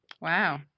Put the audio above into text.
Wow